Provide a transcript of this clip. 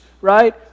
right